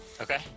Okay